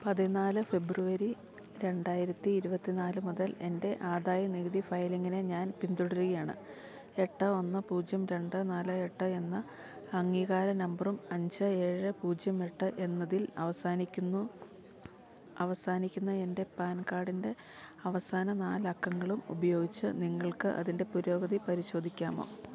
പതിനാല് ഫെബ്രുവരി രണ്ടായിരത്തി ഇരുപത്തിന്നാല് മുതൽ എൻ്റെ ആധായ നികുതി ഫയലിങ്ങിനേ ഞാൻ പിന്തുടരുകയാണ് എട്ട് ഒന്ന് പൂജ്യം രണ്ട് നാല് എട്ട് എന്ന അംഗീകാര നമ്പറും അഞ്ച് ഏഴ് പൂജ്യം എട്ട് എന്നതിൽ അവസാനിക്കുന്നു അവസാനിക്കുന്ന എൻ്റെ പാൻ കാർഡിൻ്റെ അവസാന നാലക്കങ്ങളും ഉപയോഗിച്ച് നിങ്ങൾക്ക് അതിൻ്റെ പുരോഗതി പരിശോധിക്കാമോ